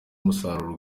umusaruro